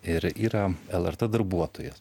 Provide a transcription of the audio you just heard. ir yra lrt darbuotojas